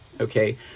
Okay